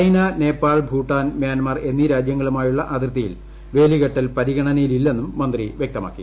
China Nepal Bhutan Myanmar എന്നീ രാജ്യങ്ങളുമായുള്ള അതിർത്തിയിൽ വേലികെട്ടൽ പരിഗണനയിലില്ലെന്നും മന്ത്രി വൃക്തമാക്കി